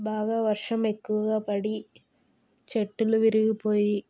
బాగా వర్షం ఎక్కువగా పడి చెట్టులు విరిగిపోయి